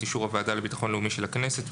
אישור הוועדה לביטחון לאומי של הכנסת,